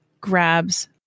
grabs